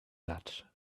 that